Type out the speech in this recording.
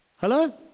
Hello